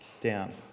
down